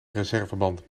reserveband